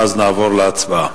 ואז נעבור להצבעה.